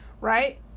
Right